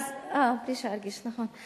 בלי שארגיש, נכון.